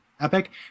epic